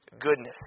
goodness